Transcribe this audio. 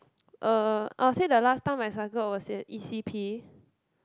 uh I would say the last time I cycled was at e_c_p